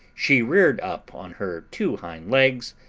she reared up on her two hind-legs,